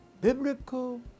biblical